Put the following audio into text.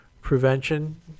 prevention